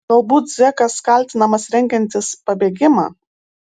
galbūt zekas kaltinamas rengiantis pabėgimą